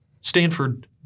Stanford